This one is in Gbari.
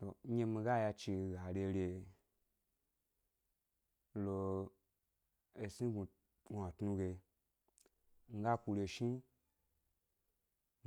To eɗye mi ga yachire ga rere, lo esni gnu gnuatnu ge, nga kureshni